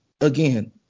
again